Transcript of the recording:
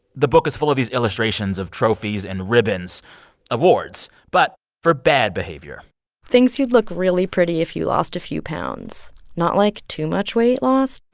the book is full of these illustrations of trophies and ribbons awards but for bad behavior thinks you'd look really pretty if you lost a few pounds not, like, too much weight loss,